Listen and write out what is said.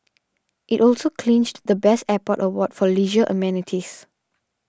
it also clinched the best airport award for leisure amenities